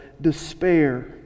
despair